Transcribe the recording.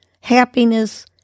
happiness